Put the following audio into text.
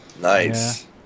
Nice